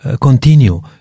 continue